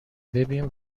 ببین